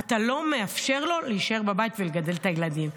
אתה לא מאפשר לו להישאר בבית ולגדל את הילדים.